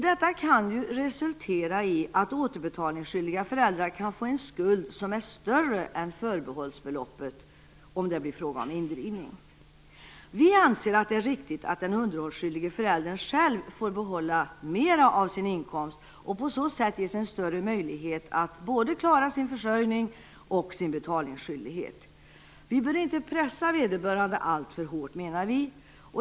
Detta kan resultera i att återbetalningsskyldiga föräldrar kan få en skuld som är större än förbehållsbeloppet om det blir fråga om indrivning. Vi anser att det är riktigt att den underhållsskyldige föräldern själv får behålla mer av sin inkomst och på så vis ges större möjligheter att klara både sin försörjning och sin betalningsskyldighet. Vi bör inte pressa vederbörande alltför hårt.